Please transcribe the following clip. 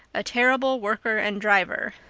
a terrible worker and driver,